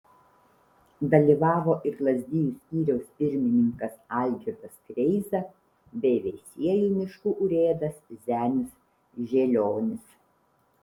dalyvavo ir lazdijų skyriaus pirmininkas algirdas kreiza bei veisiejų miškų urėdas zenius želionis